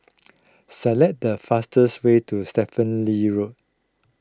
select the fastest way to Stephen Lee Road